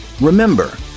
Remember